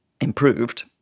improved